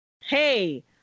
hey